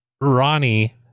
Ronnie